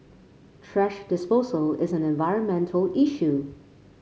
thrash disposal is an environmental issue